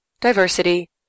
diversity